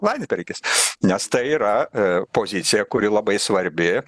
landsbergis nes tai yra pozicija kuri labai svarbi